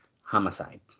Homicide